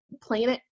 planet